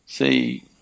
See